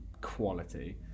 quality